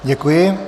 Děkuji.